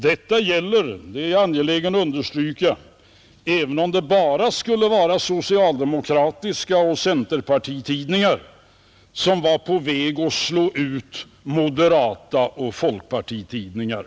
Detta gäller — det är jag angelägen att understryka — även om det bara skulle vara socialdemokratiska och centerpartistiska tidningar som var på väg att slå ut moderata och folkpartistiska tidningar.